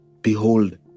Behold